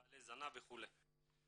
"בעלי זנב" וכולי.